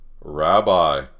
rabbi